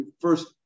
first